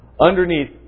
underneath